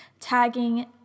tagging